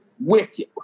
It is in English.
wicked